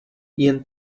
jen